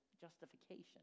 justification